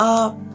up